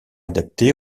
adapté